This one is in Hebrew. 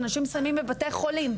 אנשים מגיעים לבתי חולים.